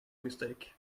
mistake